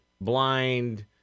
blind